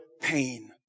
pain